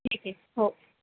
येते हो